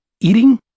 eating